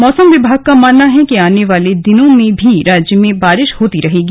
मौसम विभाग का मानना है कि आने वाले दिनों में भी राज्य में बारिा होती रहेगी